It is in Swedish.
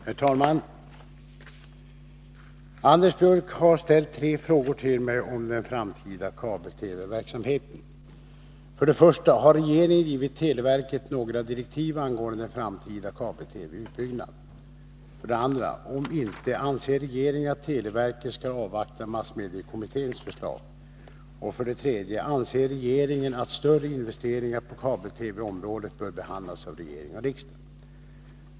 Herr talman! Anders Björck har ställt tre frågor till mig om den framtida kabel-TV-verksamheten. 2. Om inte, anser regeringen att televerket skall avvakta massmediekommitténs förslag? 3. Anser regeringen att större investeringar på kabel-TV-området bör behandlas av regering och riksdag?